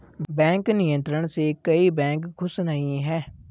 bank नियंत्रण से कई बैंक खुश नही हैं